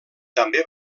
també